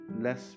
Less